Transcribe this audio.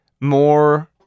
more